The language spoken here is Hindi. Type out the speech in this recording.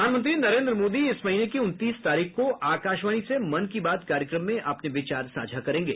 प्रधानमंत्री नरेन्द्र मोदी इस महीने की उनतीस तारीख को आकाशवाणी से मन की बात कार्यक्रम में अपने विचार साझा करेंगे